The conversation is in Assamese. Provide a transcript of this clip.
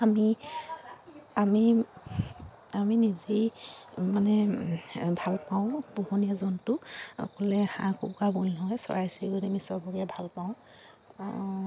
আমি নিজেই মানে ভাল পাওঁ পোহনীয়া জন্তু অকলে হাঁহ কুকুৰা বল নহয় চৰাই চিৰিকটি কৰি আমি চবকে ভাল পাওঁ